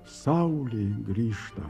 saulė grįžta